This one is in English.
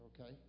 okay